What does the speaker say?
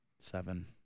seven